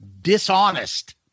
dishonest